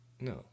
No